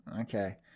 okay